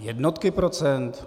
Jednotky procent?